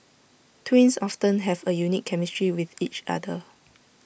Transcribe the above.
twins often have A unique chemistry with each other